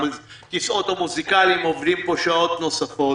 והכיסאות המוזיקליים עובדים פה שעות נוספות,